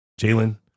Jalen